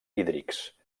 hídrics